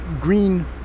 green